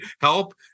help